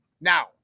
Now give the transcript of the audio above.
Now